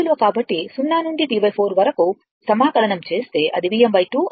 కాబట్టి 0 నుండి T 4 వరకు సమాకలనం చేస్తే అది Vm 2 అవుతుంది